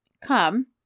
come